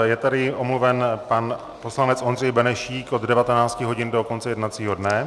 Je tady omluven pan poslanec Ondřej Benešík od 19 hodin do konce jednacího dne.